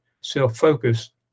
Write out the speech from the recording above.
self-focused